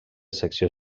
secció